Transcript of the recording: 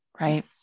right